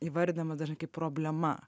įvardijama dar kaip problema